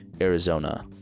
arizona